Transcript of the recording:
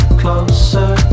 closer